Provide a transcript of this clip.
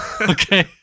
Okay